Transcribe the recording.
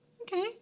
Okay